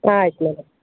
ಆಯ್ತು ಮೇಡಮ್